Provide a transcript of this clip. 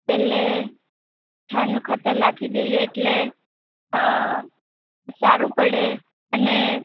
એટલે છાણિયું ખાતર નાખી દઇએ એટલે સારું પડે અને